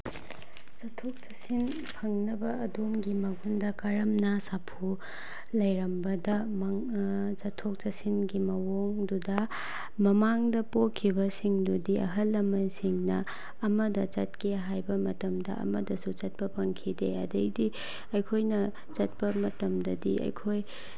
ꯆꯠꯊꯣꯛ ꯆꯠꯁꯤꯟ ꯐꯪꯅꯕ ꯑꯗꯣꯝꯒꯤ ꯃꯐꯝꯗ ꯀꯔꯝꯅ ꯁꯥꯐꯨ ꯂꯩꯔꯝꯕꯗ ꯆꯠꯊꯣꯛ ꯆꯠꯁꯤꯟꯒꯤ ꯃꯑꯣꯡꯗꯨꯗ ꯃꯃꯥꯡꯗ ꯄꯣꯛꯈꯤꯕꯁꯤꯡꯗꯨꯗꯤ ꯑꯍꯜ ꯂꯃꯟꯁꯤꯡꯅ ꯑꯃꯗ ꯆꯠꯀꯦ ꯍꯥꯏꯕ ꯃꯇꯝꯗ ꯑꯃꯗꯁꯨ ꯆꯠꯄ ꯐꯪꯈꯤꯗꯦ ꯑꯗꯒꯤꯗꯤ ꯑꯩꯈꯣꯏꯅ ꯆꯠꯄ ꯃꯇꯝꯗꯗꯤ ꯑꯩꯈꯣꯏ